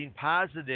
positive